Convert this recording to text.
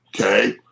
okay